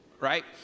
right